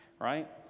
Right